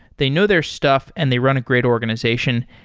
they know their stuff and they run a great organization.